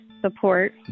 support